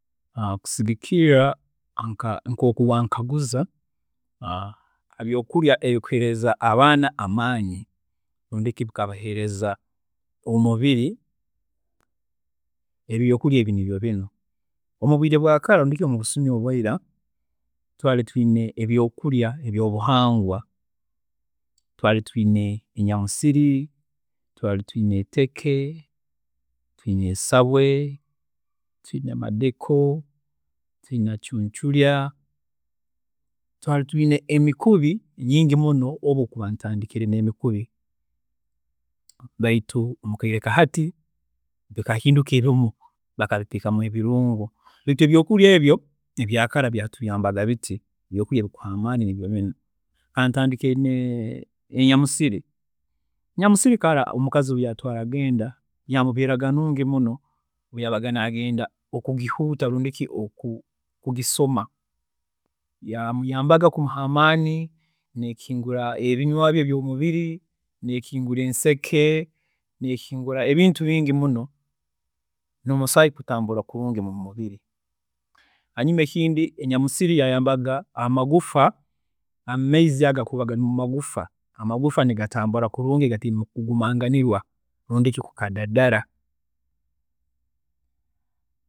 Okusigiikiirra nka nkoku waankaguza, habyokurya ebikuha abaana amaani rundi ki bikabaheereza omubiri, ebyokurya ebi nibyo binu. Omubwiire bwa kara buri kiro mubusumi obwiira, twaari twiine ebyokurya ebyobuhangwa, twaari twiine enyamusiri, twari twiine eteke, twiine esabwe, twiine madeko, twiine cuuncurya, twari twiine emikubi mingi muno, baitu mukaire kahati bikahinduka ebimu bakabiteekamu ebirungo, baitu ebyokurya ebyo ebya kara byatuyambaga biti, ebyokurya ebikuha amaani nibyo binu. Kantandike n'enyamusiri, enyamusiri kara omukazi obu yatwaaraga enda yamubeeraga nungi muno obuyageengaga nagenda okugihuuta rundi ki okugisoma. Yamuyambaga okumuha amaani, nekingura ebinywa bye byomumubiri, nekingura enseke, nekingura ebintu bingi muno, n'omusaayi gutambura kurungi mumubiri. Hanyuma ekindi enyamusiri yayambaga amagifwa n'amaizi agakuba gari mumagufwa, amagufwa nigatambura kulungi gataine kugumanganirwa rundi ki kukadadara